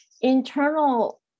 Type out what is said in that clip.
internal